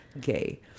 gay